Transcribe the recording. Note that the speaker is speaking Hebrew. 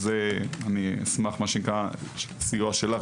אשמח לסיוע שלך,